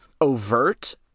overt